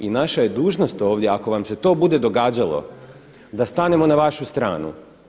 I naša je dužnost ovdje ako vam se to bude događalo da stanemo na vašu stranu.